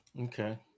Okay